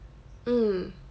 mm